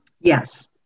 Yes